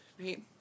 right